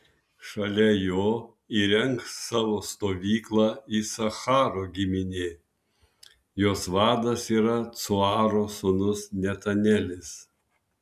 šalia jo įrengs savo stovyklą isacharo giminė jos vadas yra cuaro sūnus netanelis